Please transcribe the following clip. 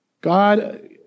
God